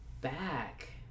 back